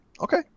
Okay